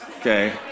Okay